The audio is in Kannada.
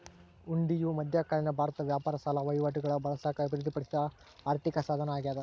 ಹುಂಡಿಯು ಮಧ್ಯಕಾಲೀನ ಭಾರತದ ವ್ಯಾಪಾರ ಸಾಲ ವಹಿವಾಟುಗುಳಾಗ ಬಳಸಾಕ ಅಭಿವೃದ್ಧಿಪಡಿಸಿದ ಆರ್ಥಿಕಸಾಧನ ಅಗ್ಯಾದ